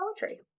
poetry